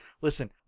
Listen